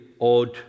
odd